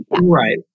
Right